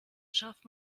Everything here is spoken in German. schafft